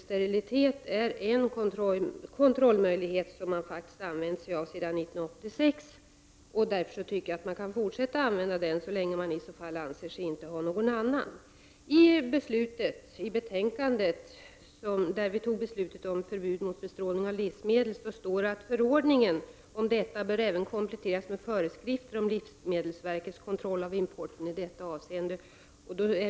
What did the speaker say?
Sterilitet är en kontrollmöjlighet, som man faktiskt har använt sig av sedan 1986. Jag tycker att man kan fortsätta att använda sig av den metoden, i alla fall så länge man inte anser sig ha något annat alternativ. I betänkandet som låg till grund för beslutet om förbud mot bestrålning av livsmedel står det att förordningen även bör kompletteras med föreskrifter om livsmedelsverkets kontroll av importen i detta avseende.